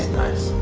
nice.